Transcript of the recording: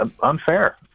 unfair